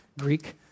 Greek